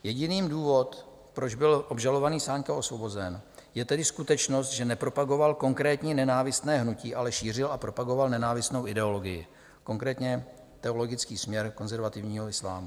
Jediný důvod, proč byl obžalovaný Sáňka osvobozen, je tedy skutečnost, že nepropagoval konkrétní nenávistné hnutí, ale šířil a propagoval nenávistnou ideologii, konkrétně teologický směr konzervativního islámu.